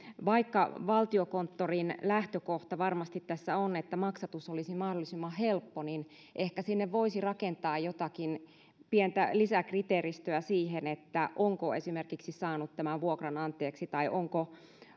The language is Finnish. vaikka valtiokonttorin lähtökohta tässä varmasti on se että maksatus olisi mahdollisimman helppo niin ehkä sinne voisi rakentaa jotakin pientä lisäkriteeristöä siihen onko esimerkiksi saanut vuokran anteeksi tai onko